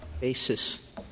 basis